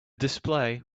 display